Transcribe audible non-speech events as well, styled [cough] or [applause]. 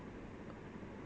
[laughs]